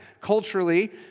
Culturally